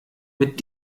mit